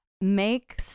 Make